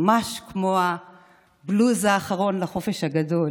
ממש כמו הבלוז האחרון לחופש הגדול.